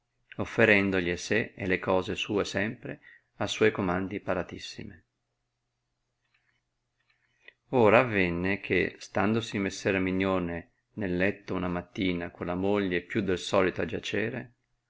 offerendoli e sé e le cose sue sempre a suoi comandi paratissime ora avenne che standosi messer erminione nel letto una mattina con la moglie più del solito a giacere